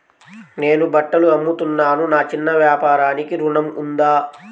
నేను బట్టలు అమ్ముతున్నాను, నా చిన్న వ్యాపారానికి ఋణం ఉందా?